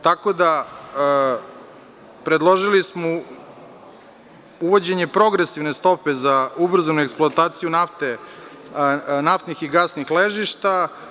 Tako da smo predložili uvođenje progresivnestope za ubrzane eksploataciju nafte, naftnih i gasnih ležišta.